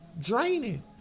draining